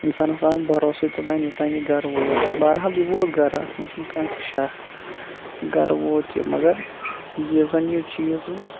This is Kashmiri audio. اِنسانَس آو نہٕ بَروسُے توٚتام یوٚتام یہِ گَرٕ ووت بَہرحال یہِ ووت گَرٕ اَتھ منٛز چھُنہٕ کانٛہہ تہِ شک گَرٕ ووت یہِ مگر یُس زَن یہِ چیٖز اوس